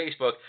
Facebook